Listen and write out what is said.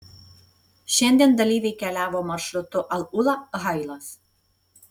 šiandien dalyviai keliavo maršrutu al ula hailas